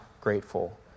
grateful